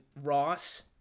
Ross